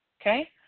okay